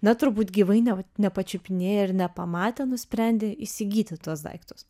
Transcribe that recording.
na turbūt gyvai ne ne pačiupinėję ir nepamatę nusprendė įsigyti tuos daiktus